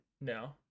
No